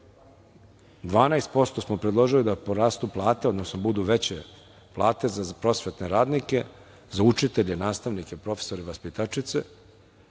12% smo predložili da porastu plate, odnosno budu veće plate za prosvetne radnike, za učitelje, nastavnike, profesore, vaspitačice.